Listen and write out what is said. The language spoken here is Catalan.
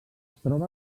troba